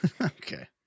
Okay